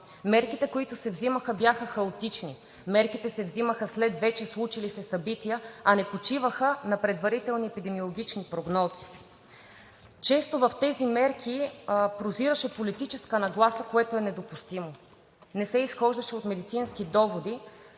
Мерките, които се взимаха, бяха хаотични, мерките се взимаха след вече случили се събития, а не почиваха на предварителни епидемиологични прогнози. Често в тези мерки прозираше политическа нагласа, което е недопустимо. Не се изхождаше от медицински доводи,